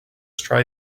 try